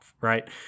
right